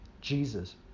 Jesus